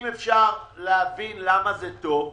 אם אפשר להבין למה זה טוב,